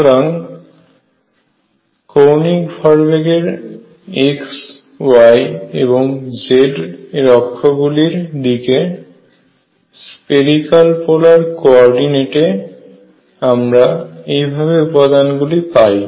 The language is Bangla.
সুতরাং কৌণিক ভরবেগের x y এবং z এর অক্ষ গুলির দিকে স্ফেরিক্যাল পোলার কো অর্ডিনেটে আমরা এইভাবে উপাদানগুলি পাই